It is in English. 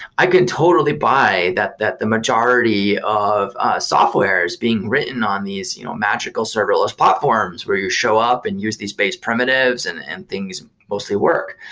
i could totally buy that that the majority of softwares being written on these you know magical serverless platforms where you show up and use these base primitives and and things mostly work.